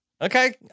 okay